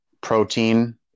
protein